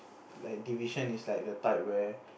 like division is like the type where